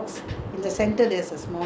and beside the house oonjal